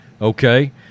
okay